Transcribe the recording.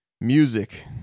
Music